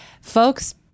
Folks